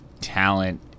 talent